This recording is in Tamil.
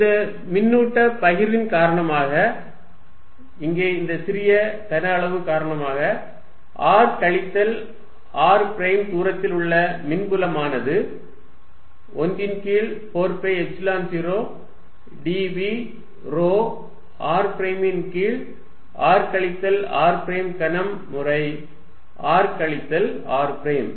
இந்த மின்னூட்ட பகிர்வின் காரணமாக இங்கே இந்த சிறிய கன அளவு காரணமாக r கழித்தல் r பிரைம் தூரத்தில் உள்ள மின்புலமானது 1 ன் கீழ் 4 பை எப்சிலன் 0 dV ρ r பிரைமின் கீழ் r கழித்தல் r பிரைம் கனம் முறை r கழித்தல் r பிரைம்